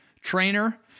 Trainer